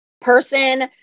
person